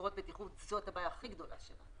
זו הבעיה הכי גדולה שלנו,